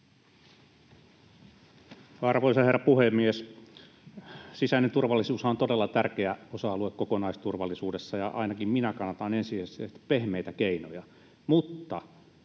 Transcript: Arvoisa herra puhemies! Sisäinen turvallisuushan on todella tärkeä osa-alue kokonaisturvallisuudessa. Ainakin minä kannatan ensisijaisesti pehmeitä keinoja,